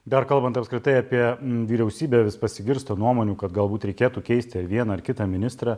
dar kalbant apskritai apie vyriausybę vis pasigirsta nuomonių kad galbūt reikėtų keisti vieną ar kitą ministrą